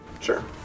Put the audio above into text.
Sure